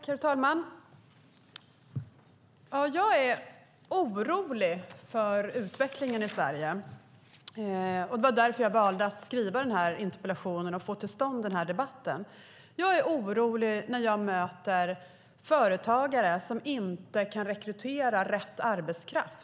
Herr talman! Jag är orolig för utvecklingen i Sverige. Det var därför jag valde att skriva den här interpellationen och få till stånd den här debatten. Jag är orolig när jag möter företagare som inte kan rekrytera rätt arbetskraft.